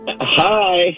Hi